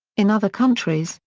in other countries,